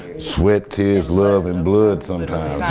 sweat, tears love and blood sometimes,